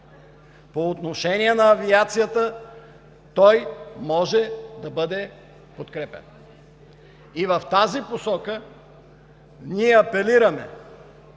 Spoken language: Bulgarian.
По отношение на авиацията той може да бъде подкрепян! В тази посока апелираме